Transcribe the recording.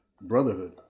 brotherhood